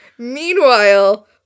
Meanwhile